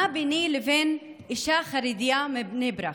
מה ביני ובין אישה חרדית מבני ברק?